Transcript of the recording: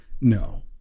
no